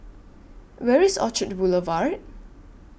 Where IS Orchard Boulevard